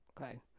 okay